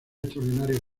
extraordinario